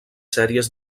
sèries